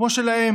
כמו שלהם,